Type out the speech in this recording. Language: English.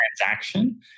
transaction